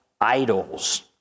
idols